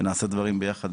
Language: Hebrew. ונעשה דברים ביחד,